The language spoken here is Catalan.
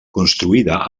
construïda